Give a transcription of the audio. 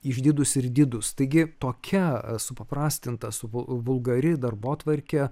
išdidūsir didūs taigi tokia supaprastinta suvu vulgari darbotvarkė